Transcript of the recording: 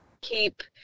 keep